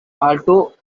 although